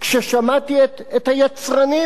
כששמעתי את היצרנים,